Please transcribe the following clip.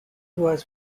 was